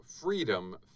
freedom